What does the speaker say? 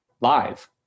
live